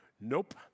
nope